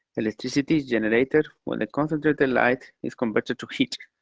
electricity is generated when the concentrated light is converted to heat,